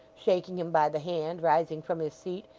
shaking him by the hand, rising from his seat,